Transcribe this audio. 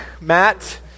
Matt